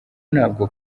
ntabwo